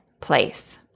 place